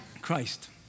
Christ